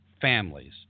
families